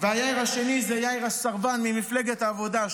היאיר השני הוא יאיר הסרבן ממפלגת העבודה.